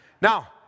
Now